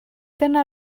dyna